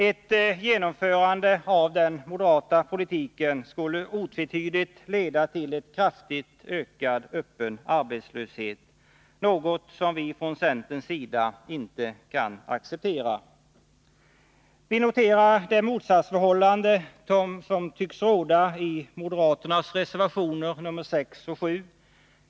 Ett genomförande av den moderata politiken skulle otvetydigt leda till en kraftigt ökad öppen arbetslöshet, något som vi från centerns sida inte kan acceptera. Vi noterar det motsatsförhållande som tycks råda mellan moderaternas reservationer 6 och 7.